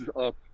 up